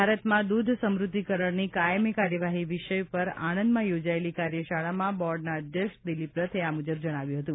ભારતમાં દૂધ સમૃદ્ધિકરણની કાયમી કાર્યવાહી વિષય પર આણંદમાં યોજાયેલી કાર્યશાળામાં બોર્ડના અધ્યક્ષ દિલીપ રથે આ મુજબ જણાવ્યું હતું